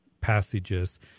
passages